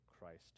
Christ